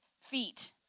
feet